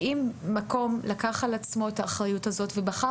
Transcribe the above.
שאם מקום לקח על עצמו את האחריות הזאת ובחר